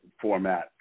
format